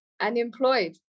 unemployed